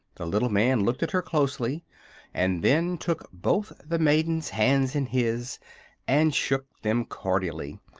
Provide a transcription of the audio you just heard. the little man looked at her closely and then took both the maiden's hands in his and shook them cordially.